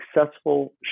successful